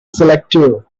selective